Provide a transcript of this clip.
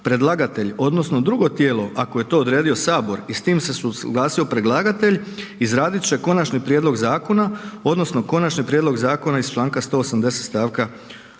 predlagatelj odnosno drugo tijelo, ako je to odredio sabor i s tim se suglasio predlagatelj izradit će konačni prijedlog zakona odnosno konačni prijedlog zakona iz Članka 180. stavka